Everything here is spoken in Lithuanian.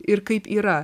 ir kaip yra